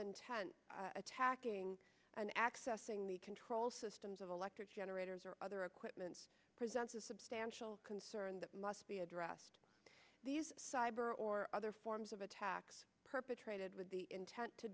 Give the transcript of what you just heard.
intent attacking and accessing the control systems of electric generators or other equipment presents a substantial concern that must be addressed these cyber or other forms of attacks perpetrated with the intent to